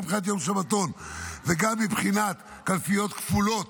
גם מבחינת יום שבתון וגם מבחינת קלפיות כפולות,